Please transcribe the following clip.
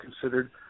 considered